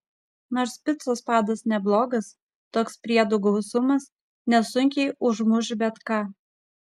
nors picos padas neblogas toks priedų gausumas nesunkiai užmuš bet ką